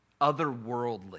otherworldly